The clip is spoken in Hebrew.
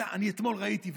אתמול ראיתי,